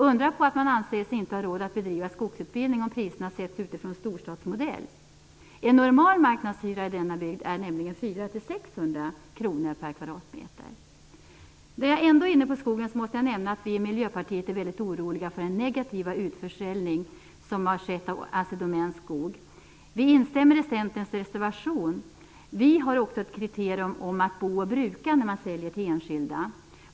Undra på att man anser sig inte ha råd att bedriva skogsutbildning om priserna sätts utifrån storstadsmodell! En normal marknadshyra i denna bygd är nämligen 400-600 kr per kvadratmeter. När jag ändå är inne på skogen måste jag nämna att vi i Miljöpartiet är väldigt oroliga för den negativa utförsäljning som har skett av Assi Domäns skog. Vi instämmer i Centerns reservation. Vi har också ett kriterium om att bo och bruka när man säljer till enskilda.